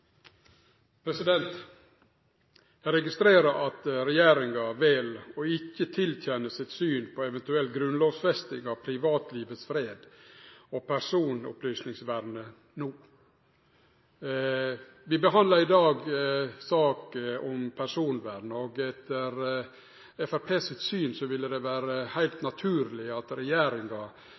replikkordskifte. Eg registrerer at regjeringa vel å ikkje tilkjenne sitt syn på ei eventuell grunnlovfesting av privatlivets fred og personopplysningsvernet no. Vi behandlar i dag ei sak om personvern, og etter Framstegspartiet sitt syn ville det vere heilt naturleg at regjeringa